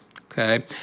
okay